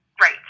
Right